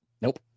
nope